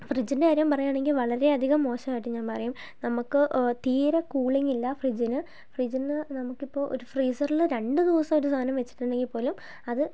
ഫ്രിഡ്ജിൻ്റെ കാര്യം പറയുകയാണെങ്കിൽ വളരേ അധികം മോശമായിട്ടു ഞാൻ പറയും നമുക്ക് തീരെ കൂളിംഗ് ഇല്ല ഫ്രിഡ്ജിന് ഫ്രിഡ്ജിനു നമുക്കിപ്പോൾ ഒരു ഫ്രീസറിൽ രണ്ടു ദിവസം ഒരു സാധനം വച്ചിട്ടുണ്ടെങ്കിൽപ്പോലും അത്